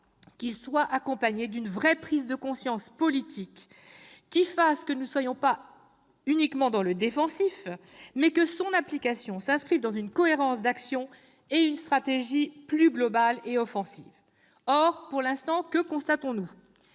qu'il soit accompagné d'une vraie prise de conscience politique qui fasse que nous ne soyons pas uniquement dans le défensif, mais que son application s'inscrive dans une cohérence d'action et une stratégie plus globale et offensive. Or, pour l'instant, que constatons-nous ?